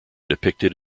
depicted